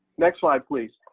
next slide please.